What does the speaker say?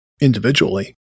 individually